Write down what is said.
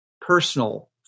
personal